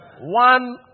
One